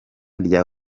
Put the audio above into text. rya